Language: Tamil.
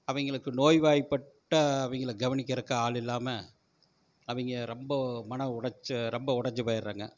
அவங்களுக்கு நோய்வாய்ப்பட்ட அவங்கள கவனிக்கிறதுக்கு ஆள் இல்லாமல் அவங்க ரொம்ப மன உளைச்சல் ரொம்ப உடஞ்சி போயிடறாங்க